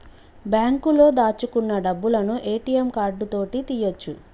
బాంకులో దాచుకున్న డబ్బులను ఏ.టి.యం కార్డు తోటి తీయ్యొచు